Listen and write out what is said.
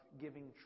giving